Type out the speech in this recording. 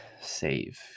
save